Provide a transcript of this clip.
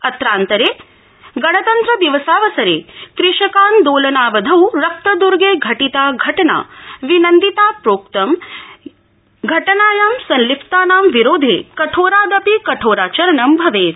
अत्रांतरे गणतन्त्र शिवसावसरे कृषकान् ोलनावधौ रक्त र्गे घटिता घटना विनिन्धिता प्रोक्तं च घटनायां संलिप्तानां विरोधे कठोरा पि कठोराचरणं भवेत